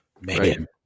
Man